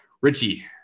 Richie